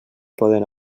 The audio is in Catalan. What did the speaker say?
poden